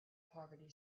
poverty